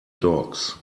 dogs